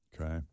Okay